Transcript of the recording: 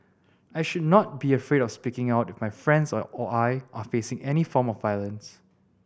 I should not be afraid of speaking out if my friends or I are facing any form of violence